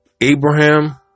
Abraham